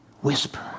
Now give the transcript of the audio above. Whisper